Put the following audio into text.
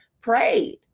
prayed